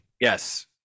Yes